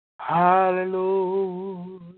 Hallelujah